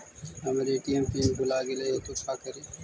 हमर ATM PIN भूला गेली हे, तो का करि?